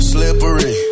Slippery